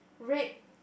red